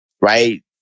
right